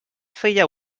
feia